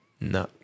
No